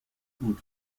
und